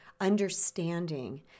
understanding